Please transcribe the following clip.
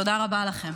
תודה רבה לכם.